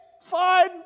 fine